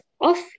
off